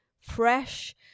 fresh